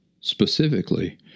specifically